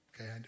okay